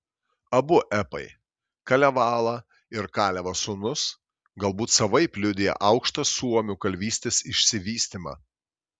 abu epai kalevala ir kalevo sūnus galbūt savaip liudija aukštą suomių kalvystės išsivystymą